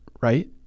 right